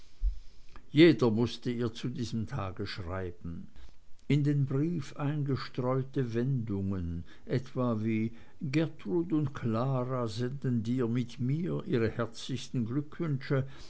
jeder mußte ihr zu diesem tag schreiben in den brief eingestreute wendungen etwa wie gertrud und klara senden dir mit mir ihre herzlichsten glückwünsche